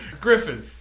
Griffin